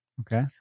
Okay